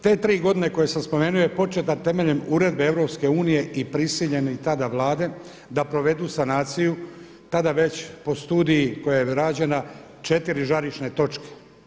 Te tri godine koje sam spomenuo je početa temeljem uredbe EU i prisiljene tada vlada da provedu sanaciju tada već po studiji koja je rađena četiri žarišne točke.